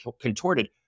contorted